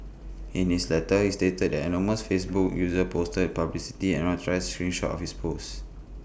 in his letter he stated that anonymous Facebook user posted publicity unauthorised screen shot of his post